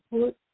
put